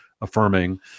affirming